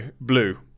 Blue